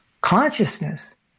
Consciousness